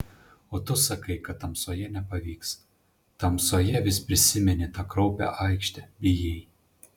o tu sakai kad tamsoje nepavyks tamsoje vis prisimeni tą kraupią aikštę bijai